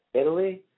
Italy